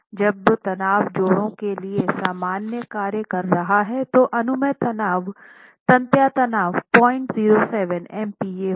जब तनाव जोड़ों के लिए सामान्य कार्य कर रहा है तो अनुमेय तन्यता तनाव 007 MPaहोगा